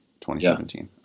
2017